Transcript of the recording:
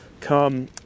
come